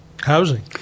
housing